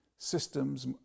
systems